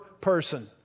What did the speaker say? person